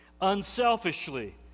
unselfishly